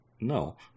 No